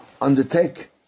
Undertake